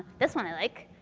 this one i like.